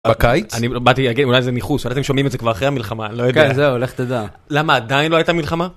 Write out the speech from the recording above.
בקיץ אני באתי להגיד אולי זה ניחוש אתם שומעים את זה כבר אחרי המלחמה לא יודע, כן זהו לך תדע, למה עדיין לא הייתה מלחמה.